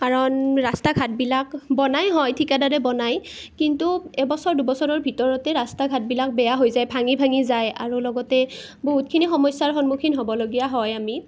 কাৰণ ৰাস্তা ঘাটবিলাক বনাই হয় ঠিকাদাৰে বনাই কিন্তু এবছৰ দুবছৰৰ ভিতৰতে ৰাস্তা ঘাটবিলাক বেয়া হৈ যায় ভাঙি ভাঙি যায় আৰু লগতে বহুতখিনি সমস্যাৰ সন্মুখীন হ'ব লগীয়া হয় আমি